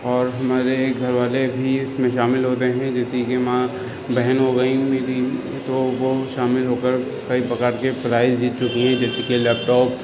اور ہمارے ایک گھر والے بھی اس میں شامل ہوتے ہیں جیسے کہ ماں بہن ہو گئیں میری تو وہ شامل ہو کر کئی پرکار کے پرائز جیت چکی ہیں جیسے کہ لیپ ٹاپ